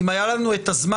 אם היה לנו זמן,